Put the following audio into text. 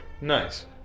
Nice